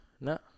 no